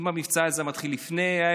אילו המבצע הזה היה מתחיל לפני כן,